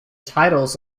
titles